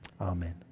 Amen